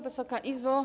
Wysoka Izbo!